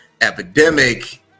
epidemic